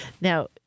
Now